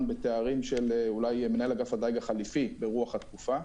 בתארים של מנהל אגף הדייג החליפי ברוח התקופה.